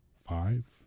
five